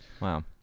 Wow